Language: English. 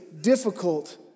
difficult